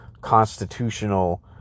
constitutional